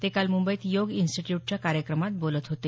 ते काल मुंबईत योग इन्स्टिट्यूटच्या कार्यक्रमात बोलत होते